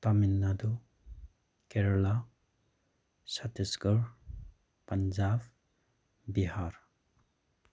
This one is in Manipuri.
ꯇꯥꯃꯤꯜ ꯅꯥꯗꯨ ꯀꯦꯔꯥꯂꯥ ꯆꯇꯤꯁꯒꯔ ꯄꯟꯖꯥꯞ ꯕꯤꯍꯥꯔ